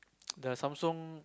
the Samsung